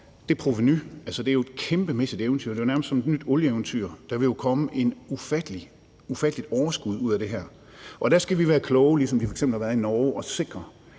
det er jo et kæmpemæssigt eventyr; det er nærmest et nyt olieeventyr. Der vil komme et ufatteligt overskud ud af det her, og der skal vi også være kloge, ligesom de f.eks. har været i Norge, og sikre,